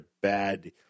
bad